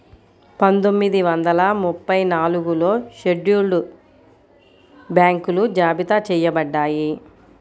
పందొమ్మిది వందల ముప్పై నాలుగులో షెడ్యూల్డ్ బ్యాంకులు జాబితా చెయ్యబడ్డాయి